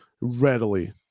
readily